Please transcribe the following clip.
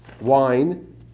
Wine